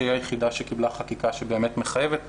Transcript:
שהיא היחידה שקיבלה חקיקה שבאמת מחייבת,